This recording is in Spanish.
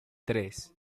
tres